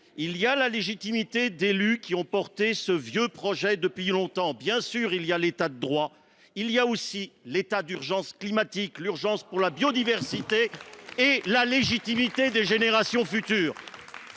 il y a la légitimité d’élus qui ont porté ce vieux projet depuis longtemps. Bien sûr, il y a l’État de droit. Mais il y a aussi l’état d’urgence pour le climat et la biodiversité, la légitimité des générations futures.